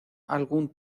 algún